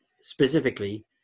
specifically